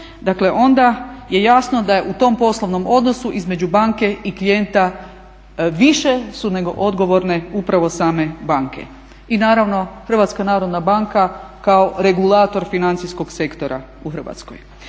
rizika onda je jasno da je u tom poslovnom odnosu između banke i klijenta više su nego odgovorne upravo same banke. I naravno HNB kao regulator financijskog sektora u Hrvatskoj.